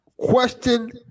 Question